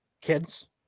Kids